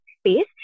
space